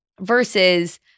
versus